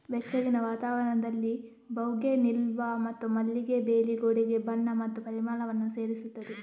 ಬೆಚ್ಚಗಿನ ವಾತಾವರಣದಲ್ಲಿ ಬೌಗೆನ್ವಿಲ್ಲಾ ಮತ್ತು ಮಲ್ಲಿಗೆ ಬೇಲಿ ಗೋಡೆಗೆ ಬಣ್ಣ ಮತ್ತು ಪರಿಮಳವನ್ನು ಸೇರಿಸುತ್ತದೆ